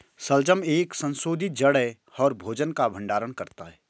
शलजम एक संशोधित जड़ है और भोजन का भंडारण करता है